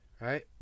Right